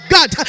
God